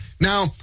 Now